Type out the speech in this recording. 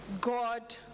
God